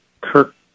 Kirk